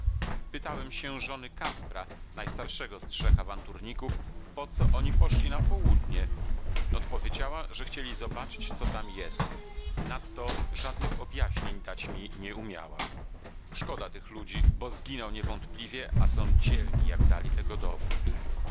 pytałem się żony kaspra najstarszego z trzech awanturników po co oni poszli na południe odpowiedziała że chcieli zobaczyć co tam jest nadto żadnych objaśnień dać mi nie umiała szkoda tych ludzi bo zginą niewątpliwie a są dzielni jak dali tego dowód